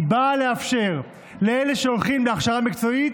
היא באה לאפשר לאלה שהולכים להכשרה מקצועית